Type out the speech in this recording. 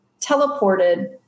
teleported